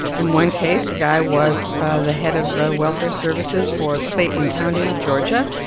in one case, the guy was the head of welfare services for clayton county georgia.